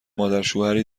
مادرشوهری